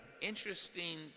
interesting